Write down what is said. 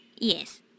Yes